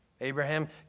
Abraham